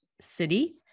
city